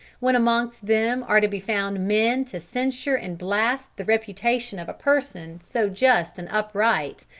when amongst them are to be found men to censure and blast the reputation of a person so just and upright,